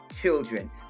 children